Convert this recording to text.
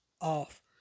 off